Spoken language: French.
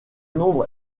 nombre